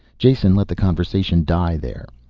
jason let the conversation die there.